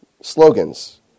Slogans